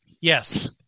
yes